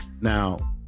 Now